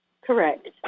Correct